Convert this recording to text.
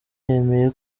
yemeye